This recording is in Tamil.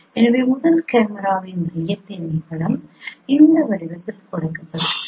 எனவே முதல் கேமராவின் மையத்தின் படம் இந்த வடிவத்தில் கொடுக்கப்பட்டுள்ளது